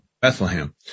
Bethlehem